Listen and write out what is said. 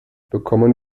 bekommen